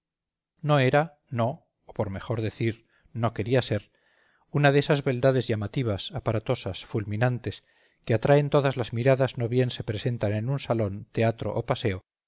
que fijase en ella la atención no era no o por mejor decir no quería ser una de esas beldades llamativas aparatosas fulminantes que atraen todas las miradas no bien se presentan en un salón teatro o paseo